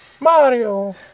Mario